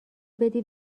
بدی